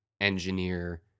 engineer